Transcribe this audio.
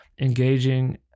engaging